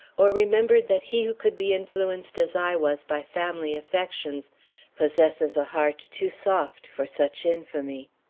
or remembered that he who could be influenced as i was by family affections possesses a heart too soft for such infamy.